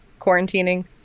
quarantining